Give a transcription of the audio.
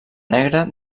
negra